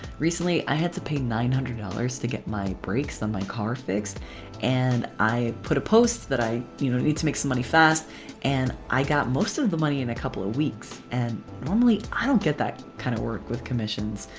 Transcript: recently i had to pay nine hundred dollars to get my brakes on my car fixed and i put a post that i need to make some money fast and i got most of the money in a couple of weeks. and normally i don't get that kind of work with commissions.